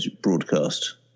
broadcast